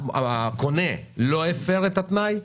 הקונה לא הפר את התנאי,